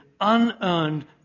unearned